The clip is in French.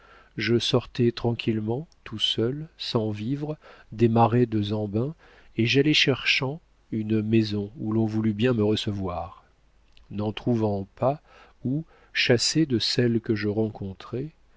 je sortais tranquillement tout seul sans vivres des marais de zembin et j'allais cherchant une maison où l'on voulût bien me recevoir n'en trouvant pas ou chassé de celles que je rencontrais